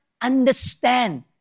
understand